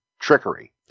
trickery